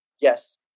Yes